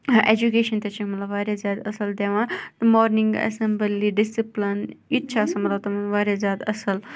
education واریاہ زیادٕ اَصل دِوان مارںِنٛگ ایٚسَمبلی ڈِسِپٕلٕن اتہِ چھُ آسان تِمَن مَطلَب واریاہ زیادٕ اَصل